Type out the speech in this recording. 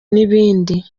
n’ibindi